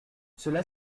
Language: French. cela